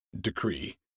decree